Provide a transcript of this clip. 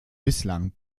bislang